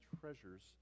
treasures